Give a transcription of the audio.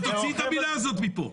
תוציא את המילה הזאת מפה.